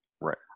Right